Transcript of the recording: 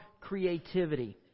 creativity